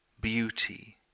beauty